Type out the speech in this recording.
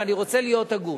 ואני רוצה להיות הגון.